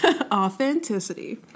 Authenticity